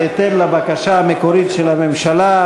בהתאם לבקשה המקורית של הממשלה,